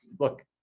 look,